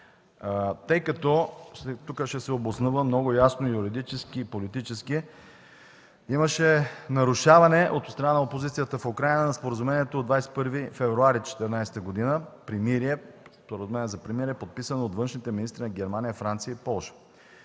Тъй като, тук се обоснова много ясно юридически и политически, имаше нарушаване от страна на опозицията в Украйна на Споразумението от 21 февруари 2014 г. за примирие, подписано от външните министри на Франция, Германия и Полша.